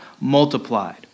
multiplied